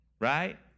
Right